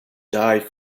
died